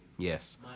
Yes